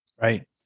Right